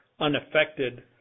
unaffected